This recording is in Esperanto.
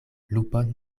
lupon